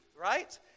right